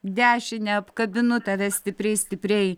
dešine apkabinu tave stipriai stipriai